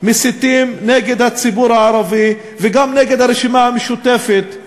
מסיתים נגד הציבור הערבי וגם נגד הרשימה המשותפת,